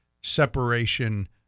separation